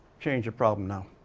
change your problem now.